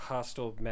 Hostile